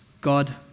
God